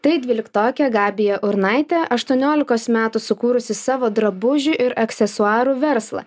tai dvyliktokė gabija urnaitė aštuoniolikos metų sukūrusi savo drabužių ir aksesuarų verslą